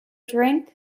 drink